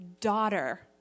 daughter